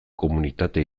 komunitatea